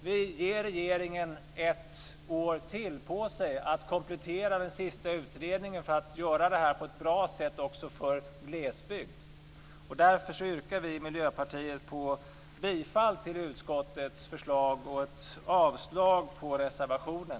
Vi ger regeringen ett år till att komplettera den sista utredningen så att man kan lösa detta på ett bra sätt också för glesbygden. Därför yrkar vi i Miljöpartiet bifall till utskottets förslag och avslag på reservationen.